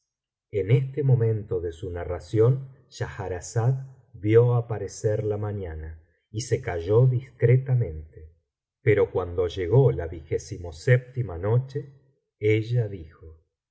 en este momento de su narración schahrazada vio aparecer la mañana y se calló discretamente pero cuando llegó la noche ella dijo